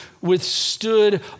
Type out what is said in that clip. withstood